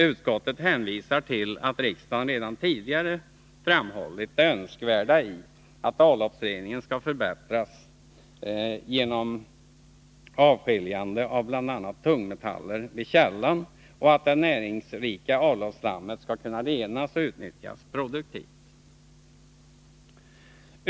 Utskottet hänvisar till att riksdagen redan tidigare framhållit det önskvärda i att avloppsreningen kan förbättras genom avskiljande av bl.a. tungmetaller vid källan och att det näringsrika avloppsslammet skall kunna renas och utnyttjas produktivt.